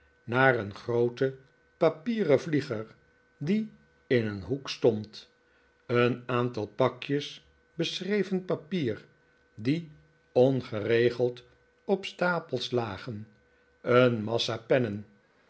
naar een grooten papieren vlieger die in een hoek stond een aantal pakjes beschreven papier die ongeregeld op stapels lagen een massa pennen